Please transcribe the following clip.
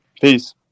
peace